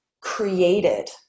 created